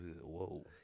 Whoa